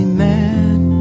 mad